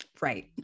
Right